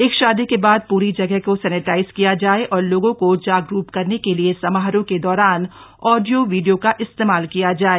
एक शादी के बाद पुरी जगह को सैनेटाइज किया जाए और लोगों को जागरुक करने के लिए समारोह के दौरान आडियो वीडियो का इस्तेमाल किया जाए